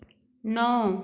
नौ